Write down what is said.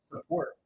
support